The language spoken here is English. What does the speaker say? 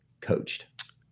coached